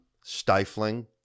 Stifling